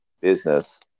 business